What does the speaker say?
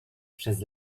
przez